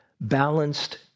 balanced